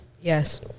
Yes